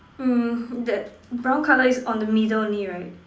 mm that brown colour is on the middle only right